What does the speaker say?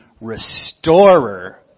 restorer